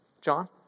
John